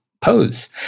pose